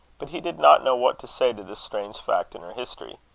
but he did not know what to say to this strange fact in her history.